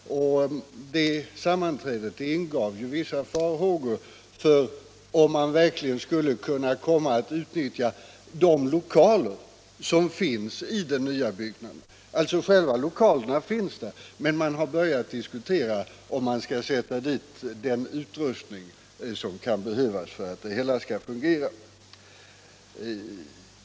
Det sammanträdet ingav vissa farhågor för att man kanske inte skulle kunna utnyttja de lokaler som finns i den nya byggnaden. Själva lokalerna finns alltså där, men man har börjat diskutera om man skall sätta dit den utrustning som kan behövas för att det hela skall fungera.